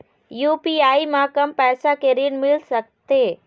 UPI म कम पैसा के ऋण मिल सकथे?